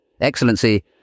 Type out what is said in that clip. Excellency